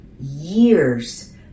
years